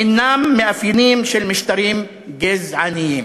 אינם מאפיינים של משטרים גזעניים.